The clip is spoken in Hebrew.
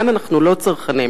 כאן אנחנו לא צרכנים,